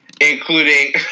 including